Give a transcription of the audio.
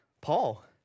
Paul